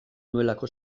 nuelako